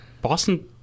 Boston